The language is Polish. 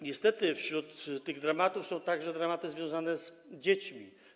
Niestety wśród tych dramatów są także dramaty związane z dziećmi.